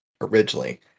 originally